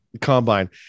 combine